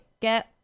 get